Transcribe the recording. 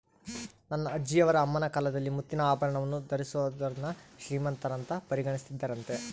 ನನ್ನ ಅಜ್ಜಿಯವರ ಅಮ್ಮನ ಕಾಲದಲ್ಲಿ ಮುತ್ತಿನ ಆಭರಣವನ್ನು ಧರಿಸಿದೋರ್ನ ಶ್ರೀಮಂತರಂತ ಪರಿಗಣಿಸುತ್ತಿದ್ದರಂತೆ